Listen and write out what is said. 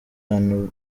rumwe